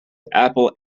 apple